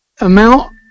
amount